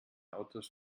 autos